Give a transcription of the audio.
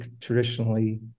traditionally